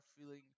feeling